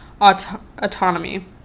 autonomy